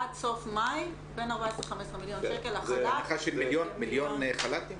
זו הערכה של מיליון חל"תים?